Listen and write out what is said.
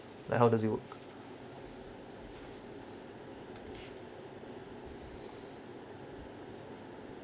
then how does it work